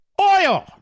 oil